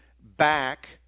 back